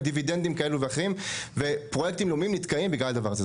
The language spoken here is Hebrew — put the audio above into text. דיבידנדים כאלה ואחרים ופרויקטים לאומיים נתקעים בגלל הדבר הזה.